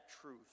truth